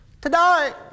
Today